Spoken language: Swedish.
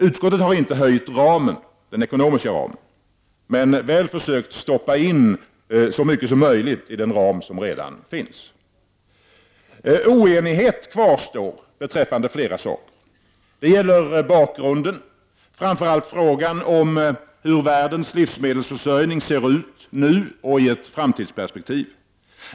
Utskottet har inte utökat den ekonomiska ramen men väl försökt stoppa så mycket som möjligt innanför den ram som redan finns. Oenighet kvarstår beträffande flera saker. Det gäller bakgrunden, framför allt frågan om hur världens livsmedelsförsörjning ser ut nu och i ett framtidsperspektiv.